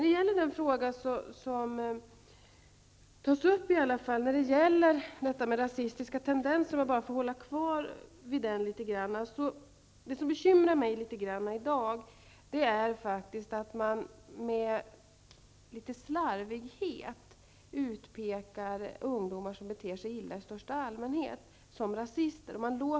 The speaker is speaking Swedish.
Det som i dag bekymrar mig litet när det gäller frågan om rasistiska tendenser är att man litet slarvigt utpekar ungdomar som beter sig illa i största allmänhet som rasister.